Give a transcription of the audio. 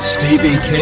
Stevie